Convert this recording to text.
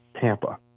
Tampa